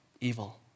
evil